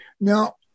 Now